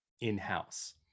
in-house